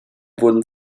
wurden